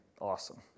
awesome